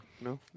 No